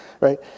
right